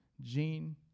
Gene